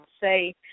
say